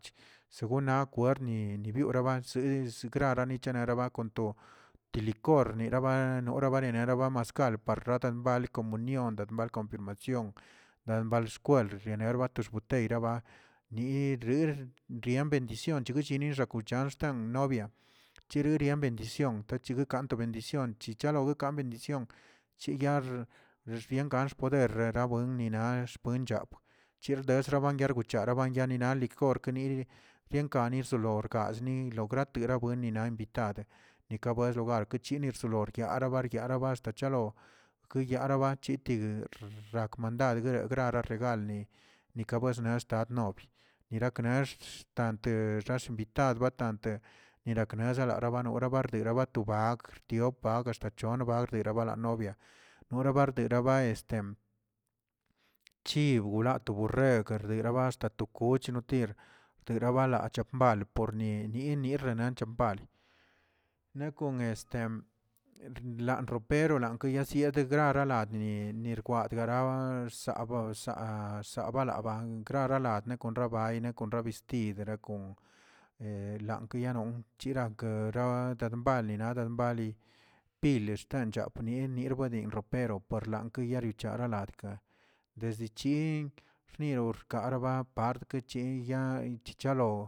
Segunna kwerni nibioraba desigrarani nichenanaraba' kon to tilikor nieraba norarereni noraba maskal, par radamba le komunion, ralba' konfirmacion, to xboteyraba ni rier rien bendición xishinachi kuchan stan nobia, chiriria bendición, tan chichalogakeꞌ kan bendición, chiyaxꞌ siengaxg poder rarabuen ninax buen chap, cher guindarech garbucharaba ni nal likor kni rienkani sdolor asni lo grategabueni' invitad, lekebuen lugar chalo keyabara chiti rak mandad guere regalni kike buestarxd nob, nirak next ante xas invitad niraknas raka ba noolə ardera ba tu ba grior btiop axta chone ardebara nobia, nora barderaba este chib wla to borreg yiraba asta to kuchna guerabla anchak mbal ni nierananchaꞌ, lan kon este lan ropero lan yizi degrara ladni nirkwadbara chsaba chsaa rabalaba aradne kon rabay, ra kon vestid, nra kon ran koyalon, rankra bali nadin bali pilin xtanbach pili nird buedin ropero xlanke yaguerocha adka, desde chin rniro rkaraba parquechi yaa nay chichalo.